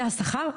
זה השכר?